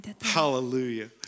Hallelujah